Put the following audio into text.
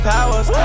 Powers